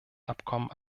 abkommen